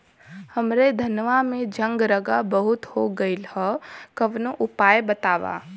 हमरे धनवा में झंरगा बहुत हो गईलह कवनो उपाय बतावा?